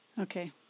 Okay